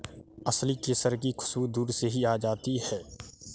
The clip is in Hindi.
असली केसर की खुशबू दूर से ही आ जाती है